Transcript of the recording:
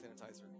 sanitizer